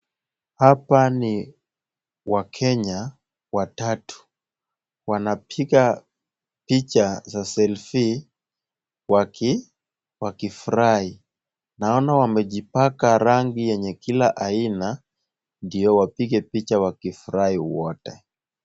Hapa ni wakenya watatu. Wanapiga picha za selfie wakifurahi. Naona wamejipaka rangi yenye kila aina, ndio wapige picha wakifurahi wote.